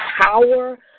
power